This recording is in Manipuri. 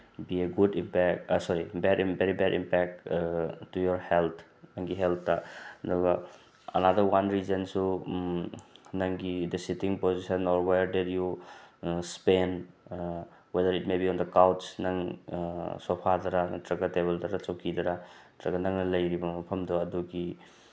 B a good impact sorry bad very bad impact to your health ꯅꯪꯒꯤ ꯍꯦꯜꯠꯇ ꯑꯗꯨꯒ ꯑꯅꯥꯗꯔ ꯋꯥꯟ ꯔꯤꯖꯟꯁꯨ ꯗ ꯁꯤꯇꯤꯡ ꯄꯣꯖꯤꯁꯟ ꯑꯣꯔ ꯋꯦꯌꯔ ꯗꯤꯌꯔ you spend whether it maybe on the couch ꯅꯪ ꯁꯣꯐꯥꯗꯔꯥ ꯅꯠꯇ꯭ꯔꯒ ꯇꯦꯕꯜꯗꯔꯥ ꯆꯧꯀ꯭ꯔꯤꯗꯔꯥ ꯅꯪꯅ ꯂꯩꯔꯤꯕ ꯃꯐꯝꯗꯣ ꯑꯗꯨꯒꯤ